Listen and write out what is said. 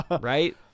right